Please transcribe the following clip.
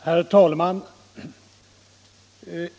Herr talman!